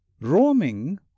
Roaming